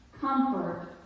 Comfort